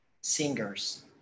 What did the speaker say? singers